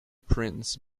prince